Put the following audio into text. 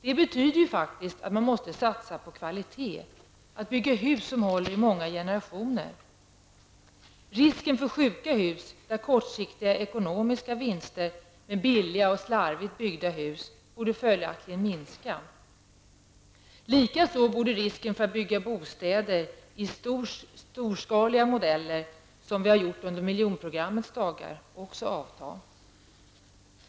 Det betyder att man måste satsa på kvalitet och bygga hus som håller i många generationer. Risken för att det byggs ''sjuka'' hus, att kortsiktiga ekonomiska vinster leder till billiga och slarvigt byggda hus, borde följaktligen minska. Likaså borde risken för att det byggs bostäder i storskaliga modeller, såsom under miljonprogrammets dagar, avta.